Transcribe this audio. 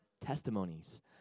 testimonies